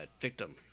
victim